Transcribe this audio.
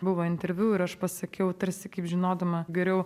buvo interviu ir aš pasakiau tarsi kaip žinodama geriau